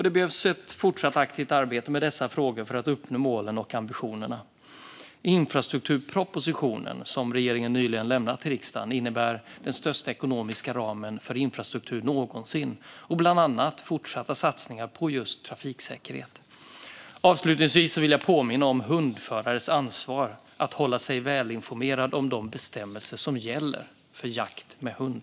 Det behövs ett fortsatt aktivt arbete med dessa frågor för att uppnå målen och ambitionerna. Infrastrukturpropositionen, som regeringen nyligen lämnat till riksdagen, innebär den största ekonomiska ramen för infrastruktur någonsin och bland annat fortsatta satsningar på just trafiksäkerhet. Avslutningsvis vill jag påminna om hundförarens ansvar att hålla sig välinformerad om de bestämmelser som gäller för jakt med hund.